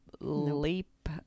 leap